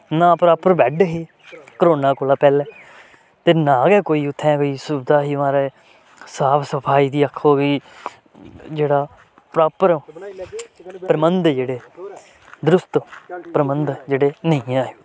ना प्रापर बैड्ड हे कोरोना कोला पैह्लें ते ना गै कोई उत्थै कोई सुबधा ही म्हाराज साफ सफाई दी आखो भाई जेह्ड़ा प्रापर प्रबंध जेह्ड़े दरुस्त प्रबंध जेह्ड़े नेईं है हे उत्थै